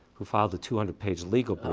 who filed a two hundred page legal but